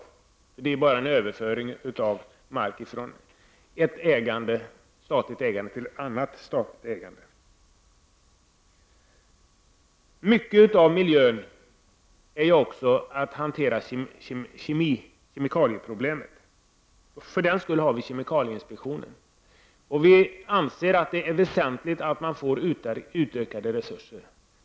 Det skulle ju bara vara fråga om en överföring av mark från en form av statligt ägande till en annan form av statligt ägande. Beträffande miljön är hanteringen av kemikalieproblemet en viktig sak. Därför har vi kemikalieinspektionen. Det är väsentligt att man får bättre resurser.